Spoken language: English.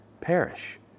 perish